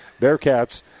Bearcats